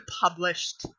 published